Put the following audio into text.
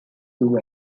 two